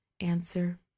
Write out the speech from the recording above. Answer